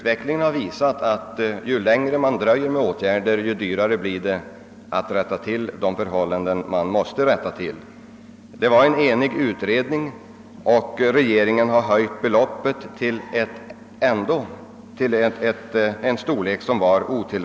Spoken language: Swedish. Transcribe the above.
Herr talman! Ja, lokaliseringsutredningen var enig. Regeringen har höjt det av utredningen föreslagna beloppet till en storlek som dock visat sig vara otillräcklig. Jag hoppas nu att regeringen föreslår belopp som är fullt tillräckliga för en aktiv lokaliseringspolitik.